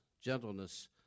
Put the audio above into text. gentleness